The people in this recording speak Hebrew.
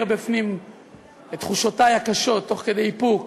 בפנים את תחושותי הקשות תוך כדי איפוק